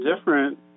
different